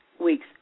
weeks